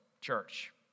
church